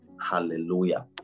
Hallelujah